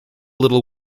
little